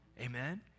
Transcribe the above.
Amen